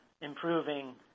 improving